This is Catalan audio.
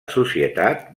societat